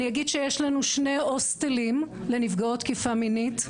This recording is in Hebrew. אני אגיד שיש לנו שני הוסטלים לנפגעות תקיפה מינית,